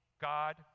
God